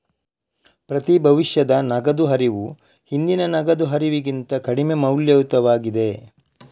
ಪ್ರತಿ ಭವಿಷ್ಯದ ನಗದು ಹರಿವು ಹಿಂದಿನ ನಗದು ಹರಿವಿಗಿಂತ ಕಡಿಮೆ ಮೌಲ್ಯಯುತವಾಗಿದೆ